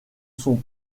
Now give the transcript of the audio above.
sont